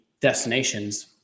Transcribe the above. destinations